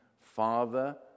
Father